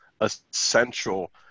essential